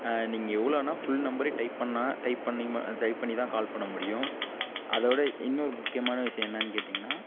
நீங்கள் எவ்வளோனா ஃபுல் நம்பரை டைப் பண்ணிணா டைப் பண்ணுணீங்க டைப் பண்ணி தான் கால் பண்ண முடியும் அதோடு இன்னொரு முக்கியமான விஷயம் என்னனு கேட்டிங்கனா